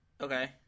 okay